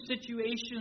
situations